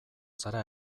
zara